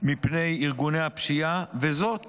מפני ארגוני הפשיעה, וזאת